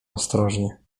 ostrożnie